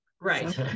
Right